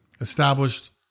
established